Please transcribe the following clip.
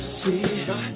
see